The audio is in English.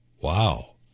Wow